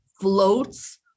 floats